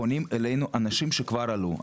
פונים אלינו אנשים שכבר עלו,